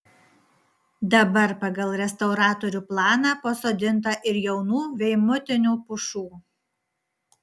dabar pagal restauratorių planą pasodinta ir jaunų veimutinių pušų